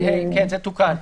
זה תוקן.